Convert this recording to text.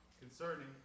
concerning